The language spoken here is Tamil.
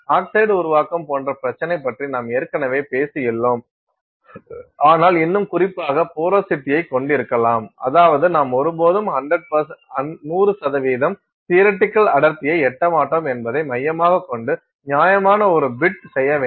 ஆக்சைடு உருவாக்கம் போன்ற பிரச்சனை பற்றி நாம் ஏற்கனவே பேசியுள்ளோம் ஆனால் இன்னும் குறிப்பாக போரோசிட்டியைக் கொண்டிருக்கலாம் அதாவது நாம் ஒருபோதும் 100 தியரட்டிகள் அடர்த்தியை எட்ட மாட்டோம் என்பதை மையமாகக் கொண்டு நியாயமான ஒரு பிட் செய்ய வேண்டும்